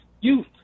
youth